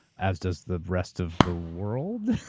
as does the rest of the world,